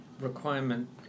requirement